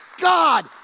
God